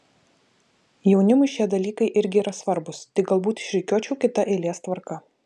jaunimui šie dalykai irgi yra svarbūs tik galbūt išrikiuočiau kita eilės tvarka